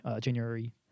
January